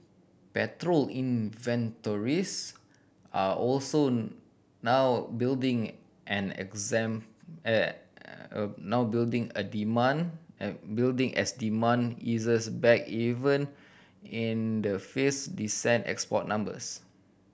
petrol inventories are also now building an exam now building a demand building as demand eases back even in the face decent export numbers